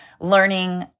learning